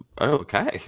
okay